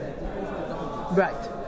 right